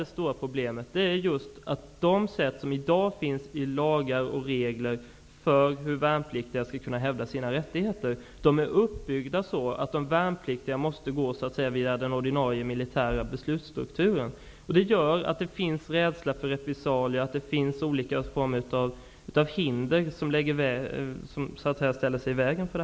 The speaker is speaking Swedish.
Det stora problemet är att de sätt som i dag finns i lagar och regler för hur värnpliktiga skall kunna hävda sina rättigheter är uppbyggda så att de värnpliktiga måste gå via den ordinarie militära beslutsstrukturen. Det gör att det finns rädsla för repressalier och att det finns olika former av hinder som ställer sig i vägen.